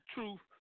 Truth